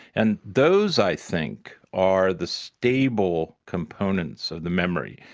and those i think are the stable components of the memory,